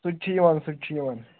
سُہ تہِ چھِ یِوان سُہ تہِ چھِ یِوان